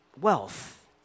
wealth